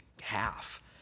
half